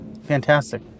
Fantastic